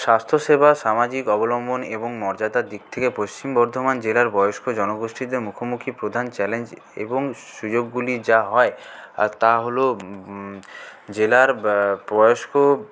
স্বাস্থ্যসেবা সামাজিক অবলম্বন এবং মর্যাদার দিক থেকে পশ্চিম বর্ধমান জেলার বয়স্ক জনগোষ্ঠীদের মুখোমুখি প্রধান চ্যালেঞ্জ এবং সুযোগগুলি যা হয় আর তা হল জেলার বয়স্ক